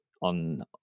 on